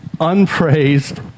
unpraised